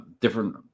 different